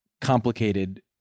complicated